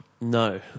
No